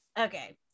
Okay